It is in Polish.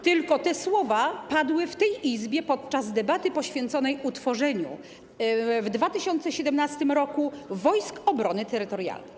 Te słowa padły w tej Izbie podczas debaty poświęconej utworzeniu w 2017 r. Wojsk Obrony Terytorialnej.